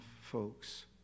folks